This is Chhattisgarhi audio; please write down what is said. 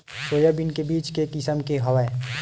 सोयाबीन के बीज के किसम के हवय?